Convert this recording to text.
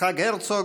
יצחק הרצוג,